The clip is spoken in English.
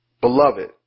Beloved